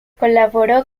colaboró